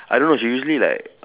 I don't know she usually like